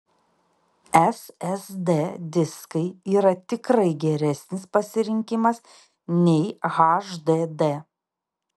ssd diskai yra tikrai geresnis pasirinkimas nei hdd